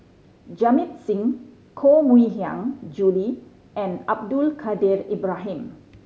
Jamit Singh Koh Mui Hiang Julie and Abdul Kadir Ibrahim